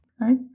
Right